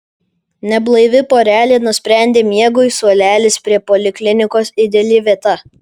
neblaivi porelė nusprendė miegui suolelis prie poliklinikos ideali vieta